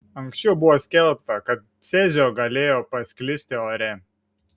anksčiau buvo skelbta kad cezio galėjo pasklisti ore